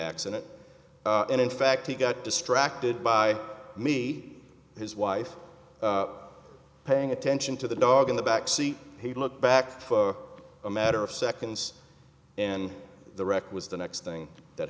accident and in fact he got distracted by me his wife paying attention to the dog in the backseat he looked back a matter of seconds and the wreck was the next thing that